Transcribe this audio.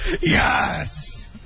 Yes